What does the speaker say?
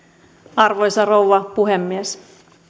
arvoisa rouva puhemies